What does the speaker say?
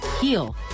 heal